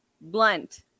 Blunt